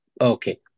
Okay